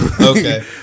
Okay